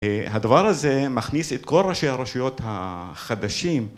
הדבר הזה מכניס את כל ראשי הרשויות החדשים